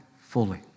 fully